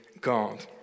God